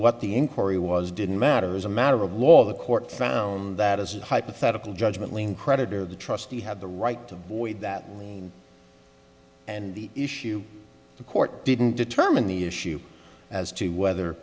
what the inquiry was didn't matter as a matter of law the court found that as a hypothetical judgment lien creditor the trustee had the right to void that and and the issue the court didn't determine the issue as to whether